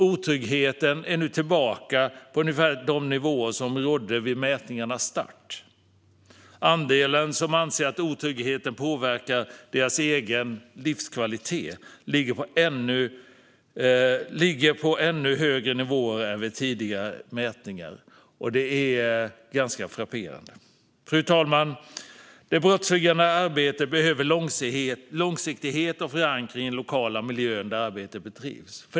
Otryggheten är nu tillbaka på ungefär de nivåer som rådde vid mätningarnas start. Andelen som anser att otryggheten påverkar deras egen livskvalitet ligger på ännu högre nivåer än vid tidigare mätningar. Det är ganska frapperande. Fru talman! Det brottsförebyggande arbetet behöver långsiktighet och förankring i den lokala miljö där arbetet bedrivs.